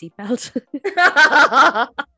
seatbelt